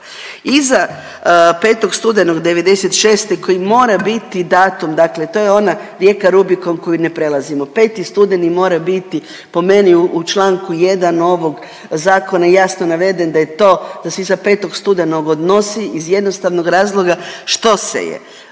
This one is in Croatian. Iza 5. studenog '96. koji mora biti datum, dakle to je ona rijeka, rubikon koju ne prelazimo 5. studeni mora biti po meni u čl. 1. ovog zakona jasno naveden da se iza 5. studenog odnosi iz jednostavnog razloga što se je